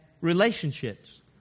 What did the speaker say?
relationships